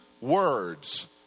words